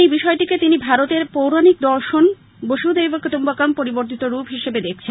এই বিষয়টিকে তিনি ভারতের পৌরানিক দর্শন বসুদৈব কুটুম্বকমের পরিবর্তিত রূপ হিসেবে দেখছেন